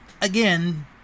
again